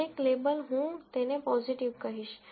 દરેક લેબલ હું તેને પોઝીટિવ કહીશ